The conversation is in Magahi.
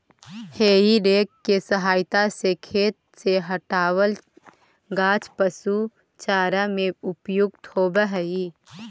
हेइ रेक के सहायता से खेत से हँटावल गाछ पशु के चारा में प्रयुक्त होवऽ हई